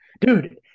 Dude